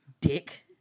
Dick